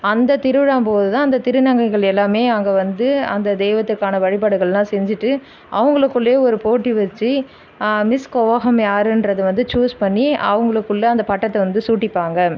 அந்த திருவிழாவும்போது தான் அந்த திருநங்கைகள் எல்லாமே அங்கே வந்து அந்த தெய்வத்துக்கான வழிபாடகள்லாம் செஞ்சிவிட்டு அவங்களுக்குள்ளே ஒரு போட்டி வச்சி மிஸ் கூவாகம் யாருன்றது வந்து சூஸ் பண்ணி அவங்களுக்குள்ளே அந்த பட்டத்தை வந்து சூட்டிப்பாங்க